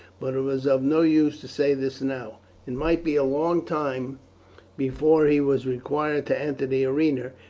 but it was of no use to say this now it might be a long time before he was required to enter the arena,